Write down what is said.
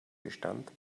bestand